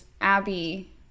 Abby